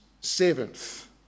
seventh